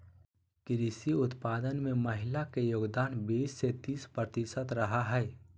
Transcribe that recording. कृषि उत्पादन में महिला के योगदान बीस से तीस प्रतिशत रहा हइ